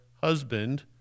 husband